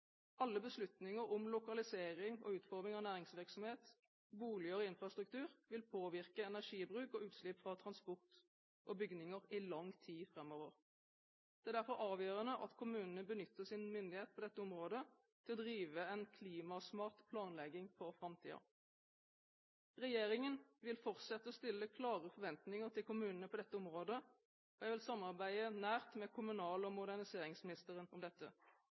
Alle beslutninger om lokalisering og utforming av næringsvirksomhet, boliger og infrastruktur vil påvirke energibruk og utslipp fra transport og bygninger i lang tid framover. Det er derfor avgjørende at kommunene benytter sin myndighet på dette området til å drive en klimasmart planlegging for framtiden. Regjeringen vil fortsette å stille klare forventninger til kommunene på dette området, og jeg vil samarbeide nært med kommunal- og moderniseringsministeren om dette.